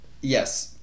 Yes